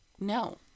No